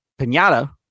pinata